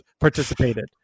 participated